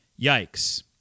Yikes